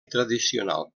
tradicional